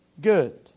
good